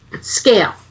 scale